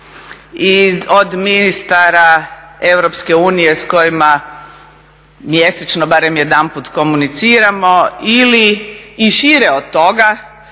od ministara EU s kojima mjesečno barem jedanput komuniciramo ili i šire od toga,